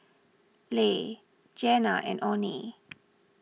Le Jeanna and oney